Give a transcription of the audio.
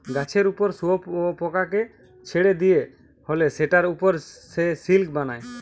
গাছের উপর শুয়োপোকাকে ছেড়ে দিয়া হলে সেটার উপর সে সিল্ক বানায়